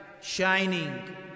shining